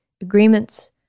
agreements